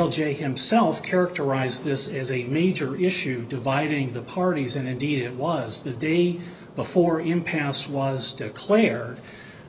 l j himself characterize this as a major issue dividing the parties and indeed it was the day before impasse was declared